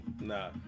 Nah